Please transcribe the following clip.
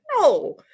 no